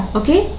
okay